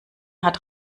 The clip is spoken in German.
hat